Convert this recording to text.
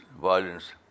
violence